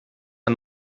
ein